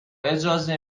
اجازه